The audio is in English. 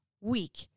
week